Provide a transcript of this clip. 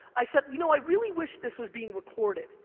i said, you know i really wish this was being recorded,